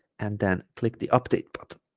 and then click the update button